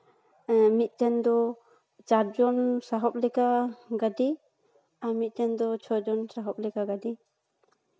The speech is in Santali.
ᱦᱮᱸ ᱢᱤᱫᱴᱮᱱ ᱫᱚ ᱪᱟᱨᱡᱚᱱ ᱥᱟᱦᱚᱵᱽ ᱞᱮᱠᱟ ᱜᱟᱹᱰᱤ ᱟᱨ ᱢᱤᱫᱴᱮᱱ ᱫᱚ ᱪᱷᱚ ᱡᱚᱱ ᱥᱟᱦᱟᱵ ᱞᱮᱠᱟ ᱜᱟᱹᱰᱤ